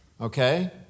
okay